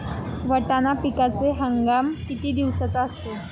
वाटाणा पिकाचा हंगाम किती दिवसांचा असतो?